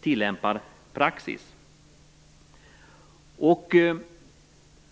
tillämparpraxis läggs fast.